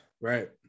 Right